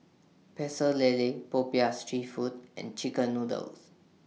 Pecel Lele Popiah Street Food and Chicken Noodles